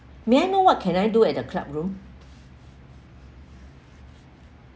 may I know what can I do at the club room